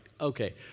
okay